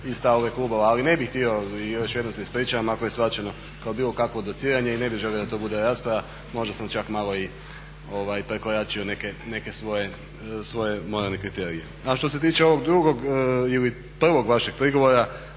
i stave klubova. Ali ne bih htio i još jednom se ispričavam ako je shvaćeno kao bilo kakvo dociranje i ne bih želio da to bude rasprava, možda sam čak malo i prekoračio neke svoje moralne kriterije. A što se tiče ovog drugog ili prvog vašeg prigovora,